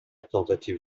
tentative